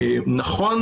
נכון